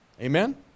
amen